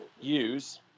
use